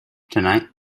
tonight